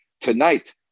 tonight